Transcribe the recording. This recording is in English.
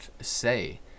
say